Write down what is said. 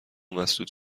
مسدود